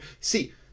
See